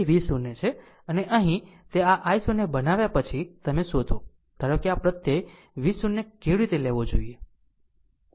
તે V0 છે અને અહીં તે આ i0 બનાવ્યા પછી તમે શોધો ધારો કે આ પ્રત્યય V0 તરીકે લેવો જોઈએ